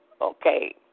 Okay